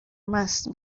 مست